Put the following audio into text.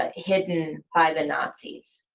ah hidden by the nazis.